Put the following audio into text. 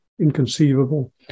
inconceivable